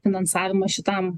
finansavimą šitam